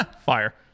Fire